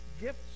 Gifts